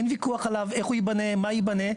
אין ויכוח עליו ועל איך הוא ייבנה ומה ייבנה,